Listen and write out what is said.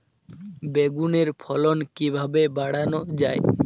বেগুনের ফলন কিভাবে বাড়ানো যায়?